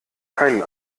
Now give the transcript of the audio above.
keinen